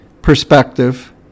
perspective